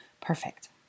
Perfect